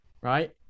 right